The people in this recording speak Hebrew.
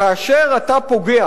כאשר אתה פוגע